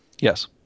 Yes